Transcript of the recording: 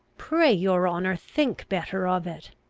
pray, your honour, think better of it.